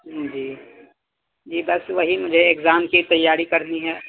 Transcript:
جی جی بس وہی مجھے اگزام کی تیاری کرنی ہے